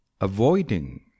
Avoiding